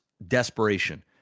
Desperation